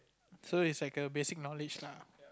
so is like a basic knowledge lah